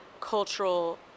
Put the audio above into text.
cultural